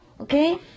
okay